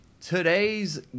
today's